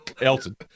Elton